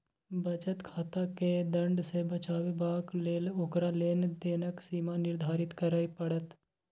बचत खाताकेँ दण्ड सँ बचेबाक लेल ओकर लेन देनक सीमा निर्धारित करय पड़त